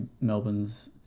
Melbourne's